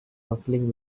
rustling